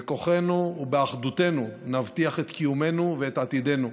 בכוחנו ובאחדותנו נבטיח את קיומנו ואת עתידנו.